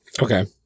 Okay